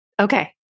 Okay